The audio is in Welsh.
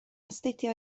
astudio